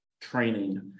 training